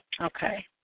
okay